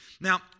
Now